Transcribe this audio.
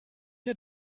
der